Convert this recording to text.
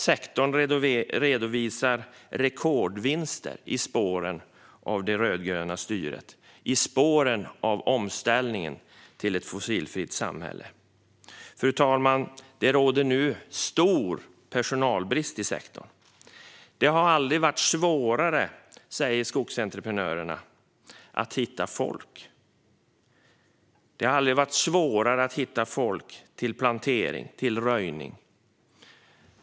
Sektorn redovisar rekordvinster i spåren av det rödgröna styret och i spåren av omställningen till ett fossilfritt samhälle. Fru talman! Det råder nu stor personalbrist i sektorn. Skogsentreprenörerna säger att det aldrig har varit svårare att hitta folk till plantering och till röjning.